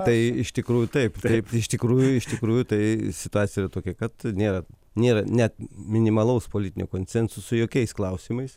tai iš tikrųjų taip taip iš tikrųjų iš tikrųjų tai situacija yra tokia kad nėra nėra net minimalaus politinio konsensuso jokiais klausimais